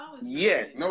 Yes